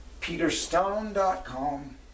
Peterstone.com